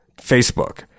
Facebook